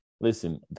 Listen